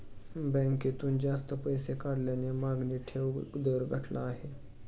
बँकेतून जास्त पैसे काढल्याने मागणी ठेव दर घटला आहे